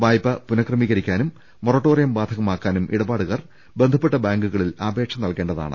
വായ്പ പുനക്രമീകരിക്കാനും മൊറട്ടോറിയം ബാധകമാക്കാനും ഇടപാടു കാർ ബന്ധപ്പെട്ട ബാങ്കുകളിൽ അപേക്ഷ നൽകേണ്ടതാണ്